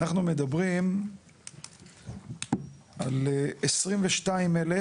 אנחנו מדברים על 22,000